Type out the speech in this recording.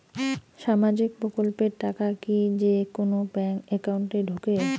সামাজিক প্রকল্পের টাকা কি যে কুনো ব্যাংক একাউন্টে ঢুকে?